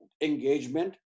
engagement